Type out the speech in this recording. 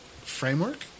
framework